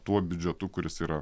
tuo biudžetu kuris yra